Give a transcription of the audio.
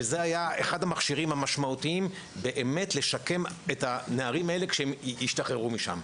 וזה היה אחד המכשירים לשקם את הנערים האלה כשהם ישתחררו משם.